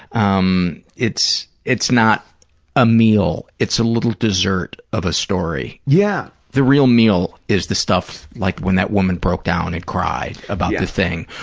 um it's it's not a meal. it's a little dessert of a story. yeah. the real meal is the stuff like when that woman broke down and cried about the thing,